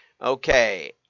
Okay